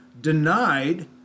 denied